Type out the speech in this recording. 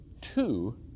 two